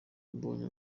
mbonye